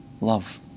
love